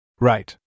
Right